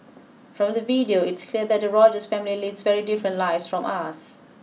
from the video it's clear that the Rogers family leads very different lives from us